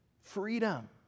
freedom